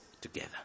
together